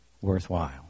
worthwhile